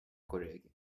collègue